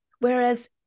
Whereas